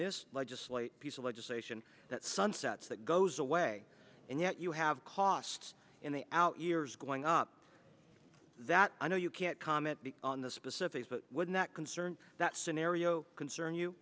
this legislate piece of legislation that sunsets that goes away and yet you have costs in the outyears going up that i know you can't comment on the specifics but wouldn't that concern that scenario concern you